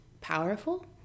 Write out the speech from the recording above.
powerful